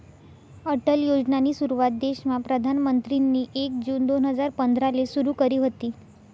अटल योजनानी सुरुवात देशमा प्रधानमंत्रीनी एक जून दोन हजार पंधराले सुरु करी व्हती